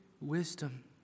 Wisdom